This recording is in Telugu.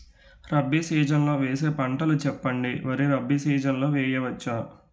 రబీ సీజన్ లో వేసే పంటలు చెప్పండి? వరి రబీ సీజన్ లో వేయ వచ్చా?